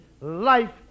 life